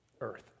earth